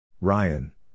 Ryan